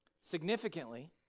Significantly